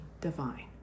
divine